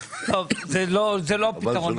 זה לא פתרון.